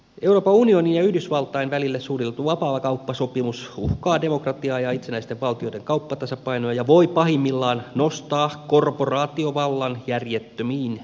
euroopan unionin ja yhdysvaltain välille suunniteltu vapaakauppasopimus uhkaa demokratiaa ja itsenäisten valtioiden kauppatasapainoa ja voi pahimmillaan nostaa korporaatiovallan järjettömiin mittasuhteisiin